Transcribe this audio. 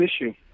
issue